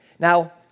Now